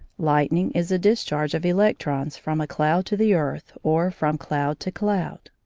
lightning is a discharge of electrons from a cloud to the earth or from cloud to cloud.